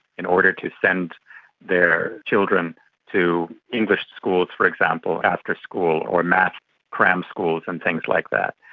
in order to send their children to english schools, for example, after school, or maths cram schools and things like that.